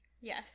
Yes